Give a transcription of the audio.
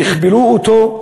יכבלו אותו,